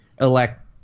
elect